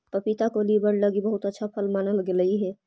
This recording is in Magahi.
पपीता के लीवर लागी बहुत अच्छा फल मानल गेलई हे